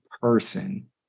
person